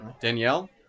Danielle